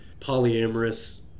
polyamorous